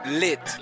lit